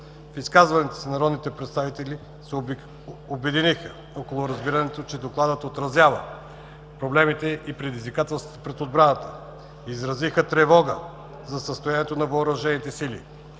В изказванията си народните представители се обединиха около разбирането, че докладът отразява проблемите и предизвикателствата пред отбраната. Изразиха тревога за състоянието на Въоръжените сили,